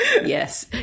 yes